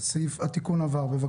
הצבעה תיקון סעיף 2 אושר.